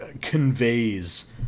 conveys